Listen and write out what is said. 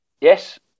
Yes